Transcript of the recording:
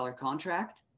contract